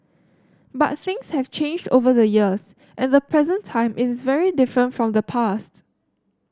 but things have changed over the years and the present time is very different from the past